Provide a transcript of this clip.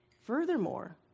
Furthermore